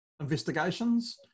investigations